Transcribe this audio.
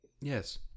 Yes